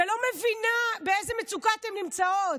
שלא מבינה באיזו מצוקה אתן נמצאות?